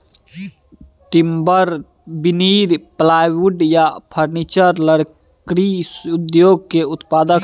timber, veneer, plywood आ furniture लकड़ी उद्योग केर उत्पाद छियै